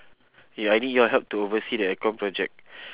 ya I need your help to oversee the aircon project